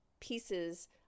pieces